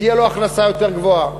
תהיה לו הכנסה יותר גבוהה,